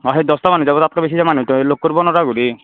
অঁ সেই দচটা মানুহ যাব তাতকে বেছি যাব নেদো তই লগ কৰিব নোৱাৰা হ'লে